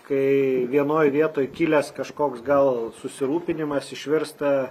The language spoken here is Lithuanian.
kai vienoj vietoj kilęs kažkoks gal susirūpinimas išvirsta